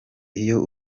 iyo